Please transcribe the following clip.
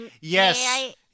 Yes